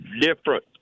different